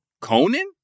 Conan